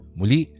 muli